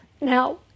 now